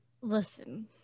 Listen